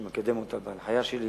והוא מקדם אותה בהנחיה שלי.